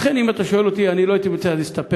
לכן, אם אתה שואל אותי, אני לא הייתי מציע להסתפק,